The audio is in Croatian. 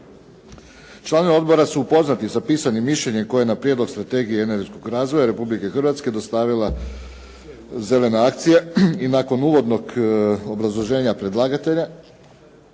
Članovi odbora su upoznati sa pisanim mišljenjem koje je na Prijedlog strategije i energetskog razvoja Republike Hrvatske dostavila "Zelena akcija" i nakon uvodnog obrazloženja predlagatelja